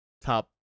top